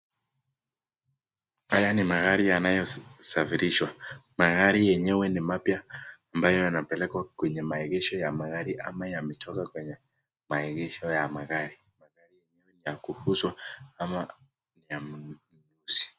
Haya ni magari yanayo safirishwa, magari yenyewe ni mapya ambayo yanapelekwa kwenye maegesho ya magari ama yametoka kwenye maegesho ya magari, magari yenyewe ni ya kuuzwa ama ya mnunuzi.